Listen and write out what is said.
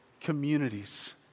communities